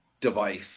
device